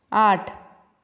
आठ